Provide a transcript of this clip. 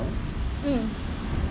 mm